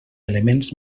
elements